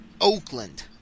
Oakland